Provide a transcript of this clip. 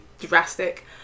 drastic